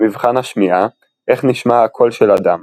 מבחן השמיעה איך נשמע הקול של אדם